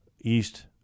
east